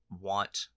want